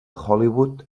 hollywood